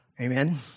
Amen